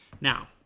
Now